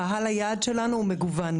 קהל היעד שלנו מגוון.